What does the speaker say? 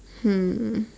hmm